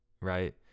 right